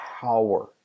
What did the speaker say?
power